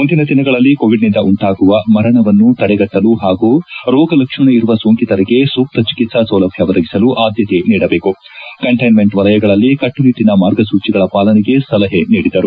ಮುಂದಿನ ದಿನಗಳಲ್ಲಿ ಕೋವಿಡ್ನಿಂದ ಉಂಟಾಗುವ ಮರಣವನ್ನು ತಡೆಗಟ್ಟಲು ಹಾಗೂ ರೋಗ ಲಕ್ಷಣ ಇರುವ ಸೋಂಕಿತರಿಗೆ ಸೂಕ್ತ ಚಿಕಿತ್ಪಾ ಸೌಲಭ್ಯ ಒದಗಿಸಲು ಆದ್ಯತೆ ನೀಡಬೇಕು ಕಂಟೈನ್ಮೆಂಟ್ ವಲಯಗಳಲ್ಲಿ ಕಟ್ಟುನಿಟ್ಟಿನ ಮಾರ್ಗಸೂಚಿಗಳ ಪಾಲನೆಗೆ ಸಲಹೆ ನೀಡಿದರು